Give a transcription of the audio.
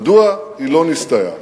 מדוע היא לא נסתייעה?